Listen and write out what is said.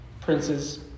princes